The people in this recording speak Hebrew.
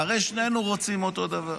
הרי שנינו רוצים אותו דבר